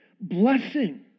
Blessing